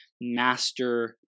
master